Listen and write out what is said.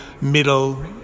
middle